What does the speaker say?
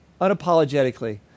unapologetically